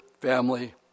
family